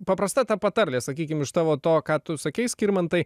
paprasta ta patarlė sakykim iš tavo to ką tu sakei skirmantai